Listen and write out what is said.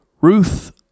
Ruth